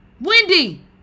Wendy